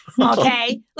Okay